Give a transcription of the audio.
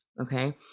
okay